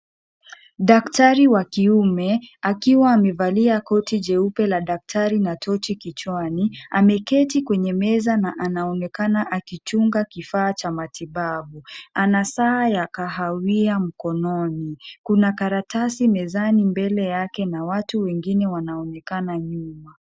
Daktari wa kiume akiwa amevalia koti jeupe la daktari na tochi kichwani. Ameketi kwenye meza na anaonekana akichunga kifaa cha matibabu. Ana saa ya kahawia mkononi. Kuna karatasi mezani mbele yake na watu wengine wanaonekana nyuma.